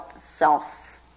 self